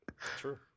True